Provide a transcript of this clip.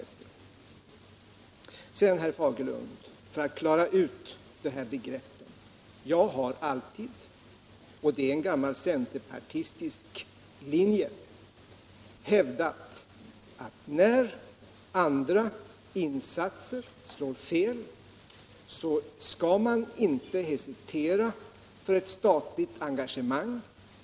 Sedan herr Fagerlund, för att klara ut de här begreppen: Jag har alltid —- och det är en gammal centerpartistisk linje — hävdat att när andra insatser slår fel skall man inte hesitera för ett statligt engagemang.